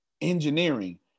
engineering